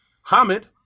Hamid